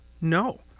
no